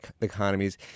economies